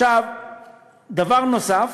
דבר נוסף,